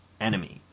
enemy